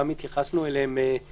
התייחסנו אליהם גם בכתובים,